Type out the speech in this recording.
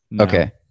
Okay